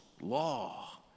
law